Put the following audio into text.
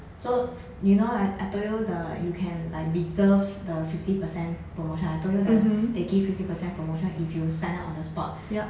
so you know I I told you the you can like reserve the fifty percent promotion I told you the they give fifty percent promotion if you sign up on the spot